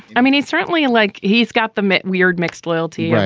i mean, he certainly like he's got the met. weird, mixed loyalty, right?